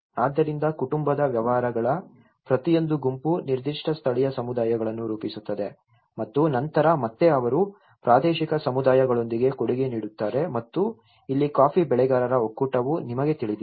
ಆದ್ದರಿಂದ ಕುಟುಂಬದ ವ್ಯವಹಾರಗಳ ಪ್ರತಿಯೊಂದು ಗುಂಪು ನಿರ್ದಿಷ್ಟ ಸ್ಥಳೀಯ ಸಮುದಾಯಗಳನ್ನು ರೂಪಿಸುತ್ತದೆ ಮತ್ತು ನಂತರ ಮತ್ತೆ ಅವರು ಪ್ರಾದೇಶಿಕ ಸಮುದಾಯಗಳೊಂದಿಗೆ ಕೊಡುಗೆ ನೀಡುತ್ತಾರೆ ಮತ್ತು ಇಲ್ಲಿ ಕಾಫಿ ಬೆಳೆಗಾರರ ಒಕ್ಕೂಟವು ನಿಮಗೆ ತಿಳಿದಿದೆ